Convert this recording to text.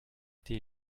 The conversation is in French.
été